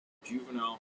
juvenile